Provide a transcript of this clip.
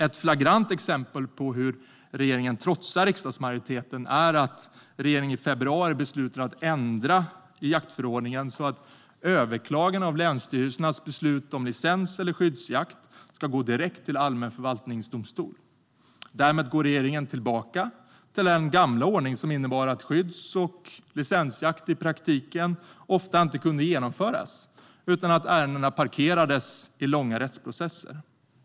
Ett flagrant exempel på hur regeringen trotsar riksdagsmajoriteten är att regeringen i februari beslutade att ändra i jaktförordningen så att överklaganden av länsstyrelsernas beslut om licens eller skyddsjakt ska gå direkt till allmän förvaltningsdomstol. Därmed går regeringen tillbaka till den gamla ordning som innebar att skydds och licensjakt i praktiken ofta inte kunde genomföras utan att ärendena parkerades i långa rättsprocesser.